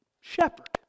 Shepherd